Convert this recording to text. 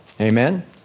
Amen